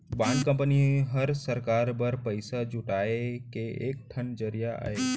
bond company हर सरकार बर पइसा जुटाए के एक ठन जरिया अय